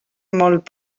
molt